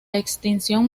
extinción